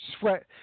sweat